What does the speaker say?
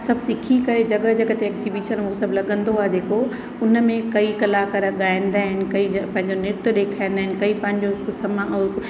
सभु सिखी करे जॻह जॻह ते एक्ज़ीबीशन ऐं उहो सभु लॻंदो आहे जेको उन में कई कलाकार ॻाईंदा आहिनि कई ॼ पंहिंजो नृत्य ॾेखाईंदा आहिनि कई पंहिंजो कुझु समा उहो